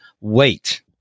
wait